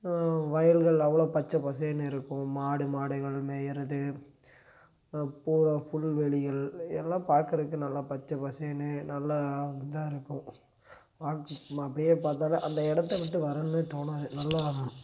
வயல்கள் அவ்வளோ பச்சை பசேனு இருக்கும் மாடு மாடுகள் மேயுறது அப்போது புல்வெளிகள் எல்லாம் பார்க்குறதுக்கு நல்லா பச்சை பசேனு நல்லா ஒரு இதாக இருக்கும் பார்க்க சும்மா அப்படியே பார்த்தாலே அந்த இடத்த விட்டு வரணுனே தோணாது நல்லா